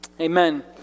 Amen